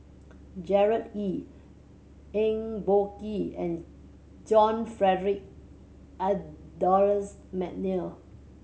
Gerard Ee Eng Boh Kee and John Frederick Adolphus McNair